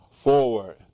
forward